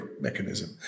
mechanism